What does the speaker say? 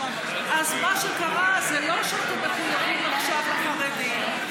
אז מה שקרה זה לא שאתם מחויבים עכשיו לחרדים,